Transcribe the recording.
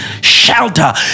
shelter